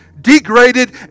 degraded